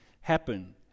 happen